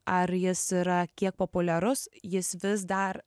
ar jis yra kiek populiarus jis vis dar